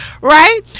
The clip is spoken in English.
right